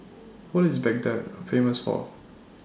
What IS Baghdad Famous For